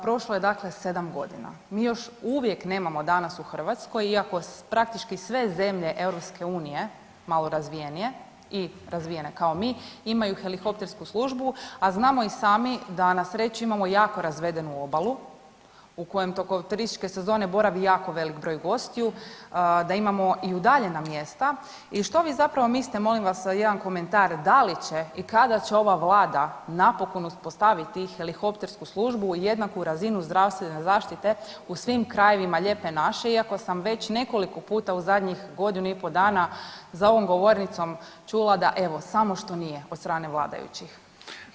Prošlo je dakle 7 godina, mi još uvijek nemamo danas u Hrvatskoj iako praktički sve zemlje EU malo razvijenije i razvijene kao mi imaju helikoptersku službu, a znamo i sami da na sreću imamo jako razvedenu obalu u kojem tokom turističke sezone boravi jako velik broj gostiju, da imamo i udaljena mjesta i što vi zapravo mislite, molim vas jedan komentar da li će i kada će ova vlada napokon uspostaviti helikoptersku službu i jednaku razinu zdravstvene zaštite u svim krajevima lijepe naše iako sam već nekoliko puta u zadnjih godinu i pol dana za ovom govornicom čula da evo samo što nije od strane vladajući.